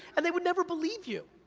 and they would never believe you.